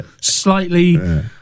slightly